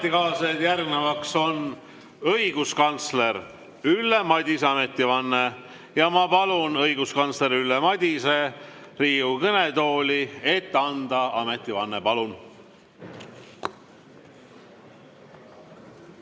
ametikaaslased, järgnevaks on õiguskantsler Ülle Madise ametivanne. Ma palun õiguskantsler Ülle Madise Riigikogu kõnetooli, et anda ametivanne. Palun!